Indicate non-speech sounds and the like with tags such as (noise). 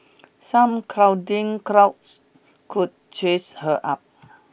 some cuddling (unintelligible) could chase her up